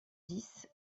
dix